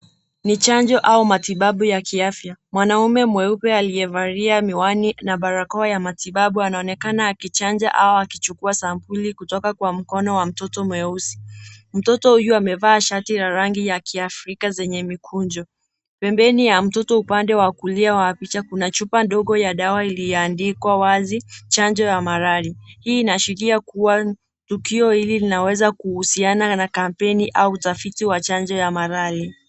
Ni chanjo au matibabu ya afya. Mwanaume mweupe aliyevalia nguo ya matibabu anaonekana akichanja au kuchukua sampuli kutoka kwa mkono wa mtoto mweusi. Mtoto huyu amevaa shati ya rangi ya kiafrika zenye mikunjo. Pembeni ya mtoto upande wa kulia wa picha kuna chupa ndogo ya dawa iliyoandikwa wazi chanjo ya malaria. Hii inaashiria kuwa tukio hili linaweza kuhusiana na kampeni au utafiti wa chanjo ya malaria.